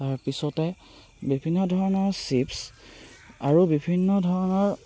তাৰপিছতে বিভিন্ন ধৰণৰ চিপচ আৰু বিভিন্ন ধৰণৰ